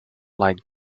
like